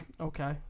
Okay